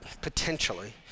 potentially